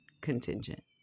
contingent